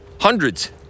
hundreds